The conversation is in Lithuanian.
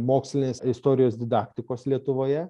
mokslinės istorijos didaktikos lietuvoje